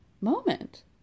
moment